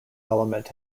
element